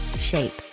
shape